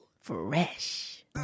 Fresh